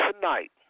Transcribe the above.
tonight